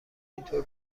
اینطور